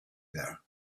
there